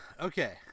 Okay